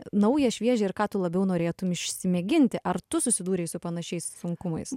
nauja šviežia ir ką tu labiau norėtum išsimėginti ar tu susidūrei su panašiais sunkumais